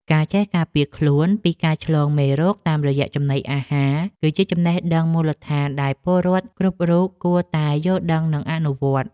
ការចេះការពារខ្លួនពីការឆ្លងមេរោគតាមរយៈចំណីអាហារ គឺជាចំណេះដឹងមូលដ្ឋានដែលពលរដ្ឋគ្រប់រូបគួរតែយល់ដឹងនិងអនុវត្ត។